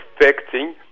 affecting